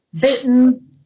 Bitten